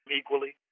equally